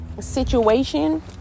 situation